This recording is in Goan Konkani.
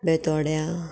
बेतोड्या